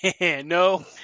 No